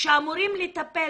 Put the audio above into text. שאמורות לטפל